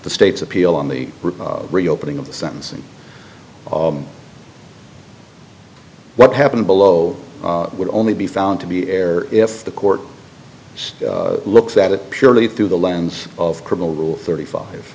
the state's appeal on the reopening of the sentencing of what happened below would only be found to be error if the court looks at it purely through the lens of criminal rule thirty five